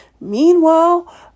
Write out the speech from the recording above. Meanwhile